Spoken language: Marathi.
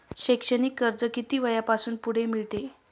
शैक्षणिक कर्ज किती वयापासून पुढे मिळते?